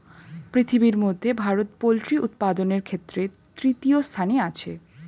পৃথিবীর মধ্যে ভারত পোল্ট্রি উপাদানের ক্ষেত্রে তৃতীয় স্থানে আছে